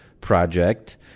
project